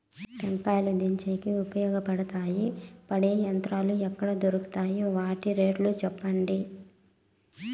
టెంకాయలు దించేకి ఉపయోగపడతాయి పడే యంత్రాలు ఎక్కడ దొరుకుతాయి? వాటి రేట్లు చెప్పండి?